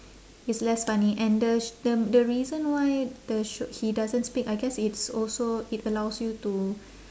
it's less funny and the sh~ the the reason why the show he doesn't speak I guess it's also it allows you to